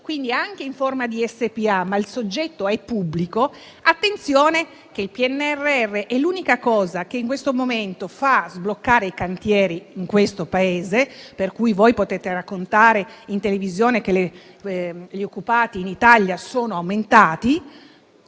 (quindi anche in forma di SpA, ma il soggetto è pubblico), il PNRR è l'unica cosa che in questo momento fa sbloccare i cantieri nel nostro Paese. Per cui voi potete raccontare in televisione che gli occupati in Italia sono aumentati.